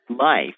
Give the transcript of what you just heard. life